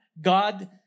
God